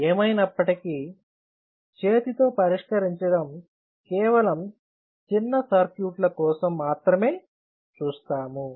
ఏమైనప్పటికీ చేతితో పరిష్కరించడం కేవలం చిన్న సర్క్యూట్ ల కోసం మాత్రమే చూస్తాము